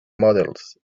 models